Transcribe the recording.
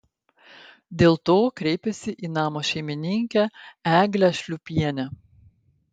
dėl to kreipėsi į namo šeimininkę eglę šliūpienę